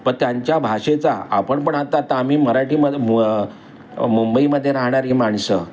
प त्यांच्या भाषेचा आपण पण आता आता आम्ही मराठीमदे मु मुंबईमध्ये राहणारी माणसं